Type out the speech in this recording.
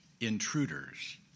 intruders